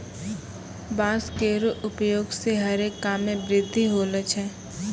बांस केरो उपयोग सें हरे काम मे वृद्धि होलो छै